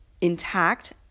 intact